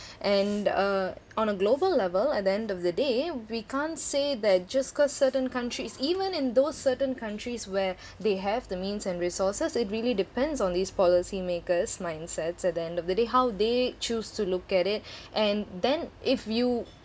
and uh on a global level at the end of the day we can't say that just cause certain countries even in those certain countries where they have the means and resources it really depends on these policymakers mindsets at the end of the day how they choose to look at it and then if you